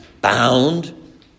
bound